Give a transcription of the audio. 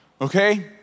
okay